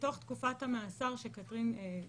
מתוך תקופת המאסר שקתרין ציינה,